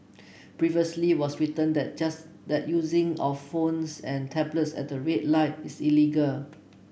previously was written that just that using of phones and tablets at the red light is illegal